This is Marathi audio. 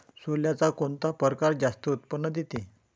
सोल्याचा कोनता परकार जास्त उत्पन्न देते?